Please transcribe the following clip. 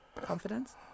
confidence